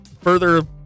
further